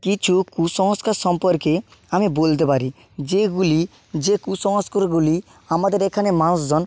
কিছু কুসংস্কার সম্পর্কে আমি বলতে পারি যেগুলি যে কুসংস্কারগুলি আমাদের এখানে মানুষজন